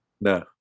No